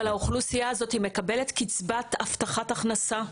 אבל האוכלוסייה הזאת מקבלת קצבת הבטחת הכנסה?